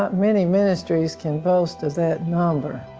ah many ministries can boast of that number.